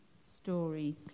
story